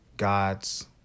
God's